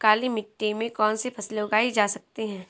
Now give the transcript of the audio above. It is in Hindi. काली मिट्टी में कौनसी फसलें उगाई जा सकती हैं?